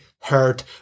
hurt